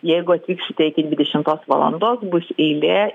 jeigu atvyksite iki dvidešimtos valandos bus eilė